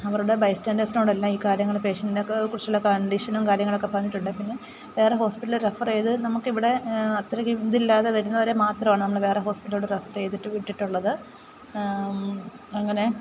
അവരുടെ ബൈസ്റ്റാൻസിനോടെല്ലാം ഈ കാര്യങ്ങൾ പേഷ്യൻ്റിനെയൊക്കെ കുറിച്ചുള്ള കണ്ടീഷനും കാര്യങ്ങളൊക്കെ പറഞ്ഞിട്ടുണ്ട് പിന്നെ വേറെ ഹോപിറ്റൽ റെഫർ ചെയ്ത് നമുക്കിവിടെ അത്രയ്ക്ക് ഇതില്ലാതെ വരുന്നവരെ മാത്രമാണ് നമ്മൾ വേറെ ഹോസ്പിറ്റലിലോട്ടു റെഫർ ചെയ്തിട്ടു വിട്ടിട്ടുള്ളത് അങ്ങനെ